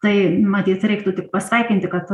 tai matyt reiktų tik pasveikinti kad